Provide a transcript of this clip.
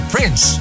Prince